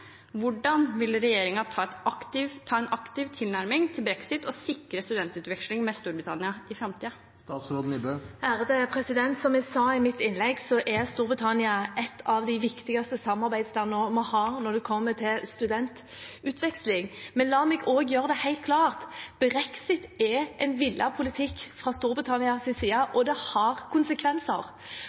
Hvordan vil regjeringen ta en aktiv tilnærming til brexit og sikre studentutveksling med Storbritannia i framtiden? Som jeg sa i mitt innlegg, er Storbritannia et av de viktigste samarbeidslandene vi har når det kommer til studentutveksling. Men la meg også gjøre det helt klart: Brexit er en villet politikk fra Storbritannias side, og det har konsekvenser.